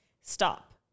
stop